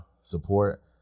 support